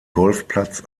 golfplatz